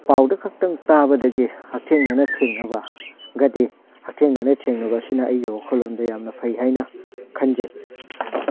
ꯄꯥꯎꯗ ꯈꯛꯇꯪ ꯇꯥꯕꯗꯒꯤ ꯍꯛꯊꯦꯡꯅꯅ ꯊꯦꯡꯅꯕꯒꯗꯤ ꯍꯛꯊꯦꯡꯅꯅ ꯊꯦꯡꯅꯕ ꯑꯁꯤꯅ ꯑꯩꯒꯤ ꯋꯥꯈꯜꯂꯣꯟꯗ ꯌꯥꯝꯅ ꯐꯩ ꯍꯥꯏꯅ ꯈꯟꯖꯩ